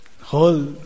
whole